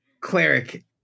cleric